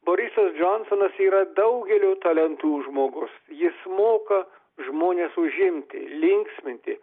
borisas džonsonas yra daugelio talentų žmogus jis moka žmones užimti linksminti